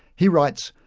he writes,